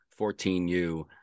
14U